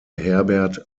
herbert